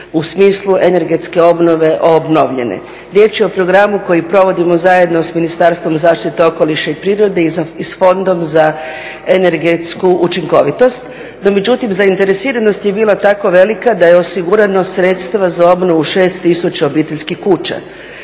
u smislu energetske obnove obnovljeni. Riječ je o programu koji provodimo zajedno s Ministarstvom zaštite okoliša i prirode i s Fondom za energetsku učinkovitost, no međutim zainteresiranost je bila tako velika da je osigurano sredstva za obnovu 6000 obiteljskih kuća.